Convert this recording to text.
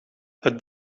het